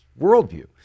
worldview